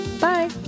Bye